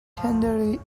tenderly